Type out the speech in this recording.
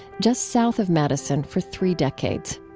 just south of madison, for three decades.